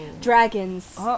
dragons